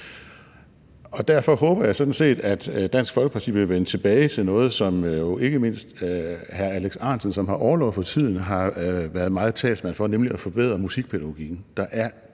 Derfor håber jeg sådan set, at Dansk Folkeparti vil vende tilbage til noget, som ikke mindst hr. Alex Ahrendtsen, som har orlov fra tiden, har været meget talsmand for, nemlig at forbedre musikpædagogikken.